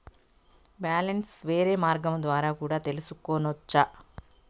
Balance వేరే మార్గం ద్వారా కూడా తెలుసుకొనొచ్చా?